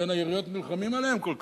ולכן העיריות נלחמות עליהם כל כך.